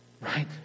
Right